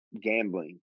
gambling